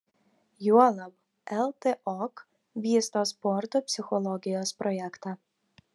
juolab ltok vysto sporto psichologijos projektą